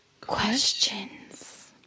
Questions